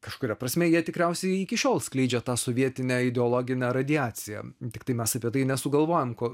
kažkuria prasme jie tikriausiai iki šiol skleidžia tą sovietinę ideologinę radiaciją tiktai mes apie tai nesugalvojam ko